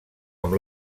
amb